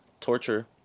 torture